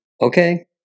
okay